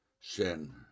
sin